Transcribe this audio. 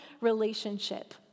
relationship